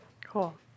Cool